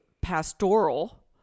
pastoral